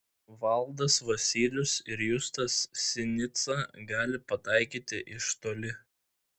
valdas vasylius ir justas sinica gali pataikyti iš toli